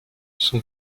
son